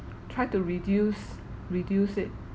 try to reduce reduce it